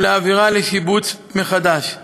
ולהעבירה לשיבוץ מחדש.